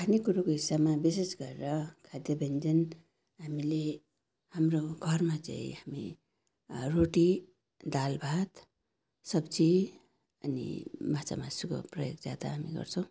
खाने कुरोको हिस्सामा विशेष गरेर खाद्य व्यञ्जन हामीले हाम्रो घरमा चाहिँ हामी रोटी दाल भात सब्जी अनि माछा मासुको प्रयोग ज्यादा हामी गर्छौँ